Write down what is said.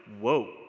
whoa